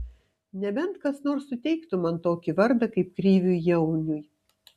nebent kas nors suteiktų man tokį vardą kaip kriviui jauniui